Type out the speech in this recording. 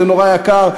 זה נורא יקר.